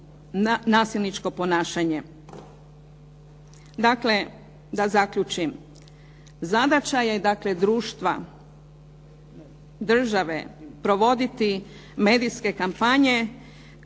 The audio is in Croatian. nasilničko ponašanje. Dakle, da zaključim. Zadaća je dakle društva, države provoditi medijske kampanje